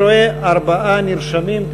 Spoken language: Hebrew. אני רואה ארבעה נרשמים,